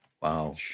wow